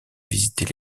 visiter